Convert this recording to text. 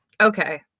okay